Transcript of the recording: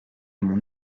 mon